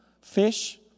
fish